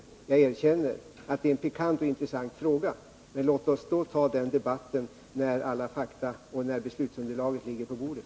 Jag erkänner att detta kan bli en intressant fråga. Men låt oss då ta upp denna debatt när alla fakta och hela beslutsunderlaget ligger på bordet.